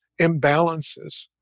imbalances